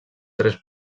tres